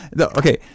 okay